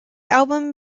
album